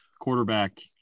quarterback